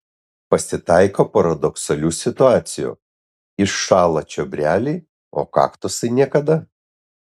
pasitaiko paradoksalių situacijų iššąla čiobreliai o kaktusai niekada